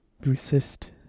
resist